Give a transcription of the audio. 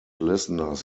listeners